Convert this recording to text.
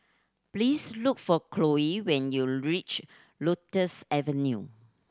please look for Chloie when you reach Lotus Avenue